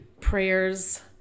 prayers